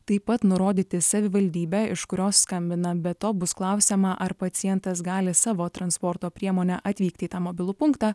taip pat nurodyti savivaldybę iš kurios skambina be to bus klausiama ar pacientas gali savo transporto priemone atvykti į tą mobilų punktą